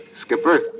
Skipper